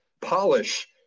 polish